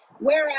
Whereas